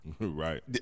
Right